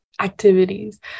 activities